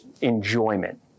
enjoyment